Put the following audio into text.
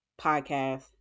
podcast